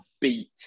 beat